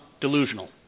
delusional